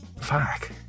Fuck